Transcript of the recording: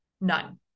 none